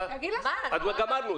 גם אם לא אזרחים ישראליים,